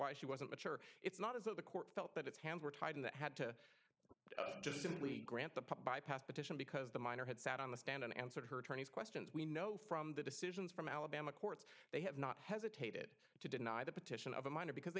why she wasn't mature it's not as though the court felt that its hands were tied in that had to just simply grant the pop bypass petition because the minor had sat on the stand and answered her attorney's questions we know from the decisions from alabama courts they have not hesitated to deny the petition of a minor because